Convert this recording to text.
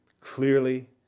clearly